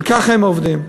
וככה הם עובדים.